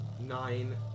nine